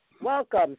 Welcome